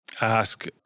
ask